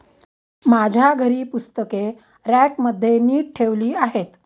माझ्या घरी पुस्तके रॅकमध्ये नीट ठेवली आहेत